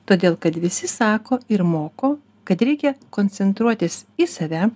todėl kad visi sako ir moko kad reikia koncentruotis į save